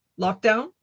Lockdown